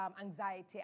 anxiety